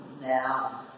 now